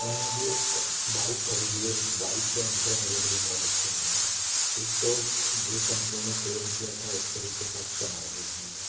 मैंने अभी एक बाइक खरीदी है और इस बाइक के अनुभव मेरे लिए बहुत अच्छे नहीं हैं एक तो जो कम्पनी ने क्लेम किया था उस तरीके का इसका माइलेज नहीं है